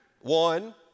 One